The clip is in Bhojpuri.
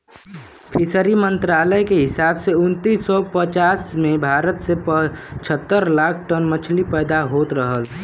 फिशरी मंत्रालय के हिसाब से उन्नीस सौ पचास में भारत में पचहत्तर लाख टन मछली पैदा होत रहल